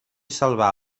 salvar